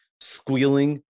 squealing